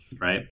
right